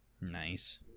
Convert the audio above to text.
Nice